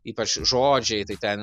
ypač žodžiai tai ten